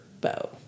bow